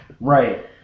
Right